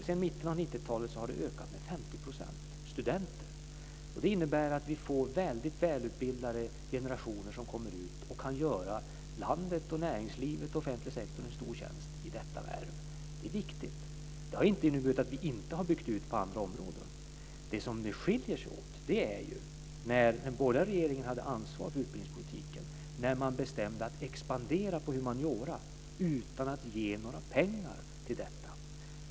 Sedan mitten av 90-talet har antalet studenter ökat med 50 %. Det innebär att vi får väldigt välutbildade generationer som kommer ut och som kan göra landet, näringslivet och offentlig sektor en stor tjänst i detta värv. Det är viktigt. Det har inte inneburit att vi inte har byggt ut på andra områden. Det som skiljer är att när den borgerliga regeringen hade ansvar för utbildningspolitiken bestämde man att expandera på humaniora utan att ge några pengar till detta.